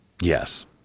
Yes